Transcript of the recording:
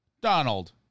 Donald